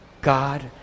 God